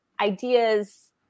ideas